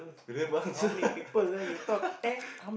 you damn bastard